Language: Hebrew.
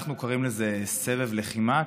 אנחנו קוראים לזה סבב לחימה,